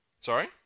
Sorry